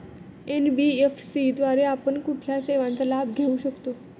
NBFC द्वारे आपण कुठल्या सेवांचा लाभ घेऊ शकतो?